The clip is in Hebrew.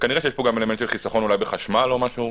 וכנראה שיש פה גם אלמנט של חיסכון אולי בחשמל או משהו.